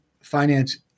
Finance